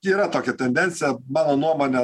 yra tokia tendencija mano nuomone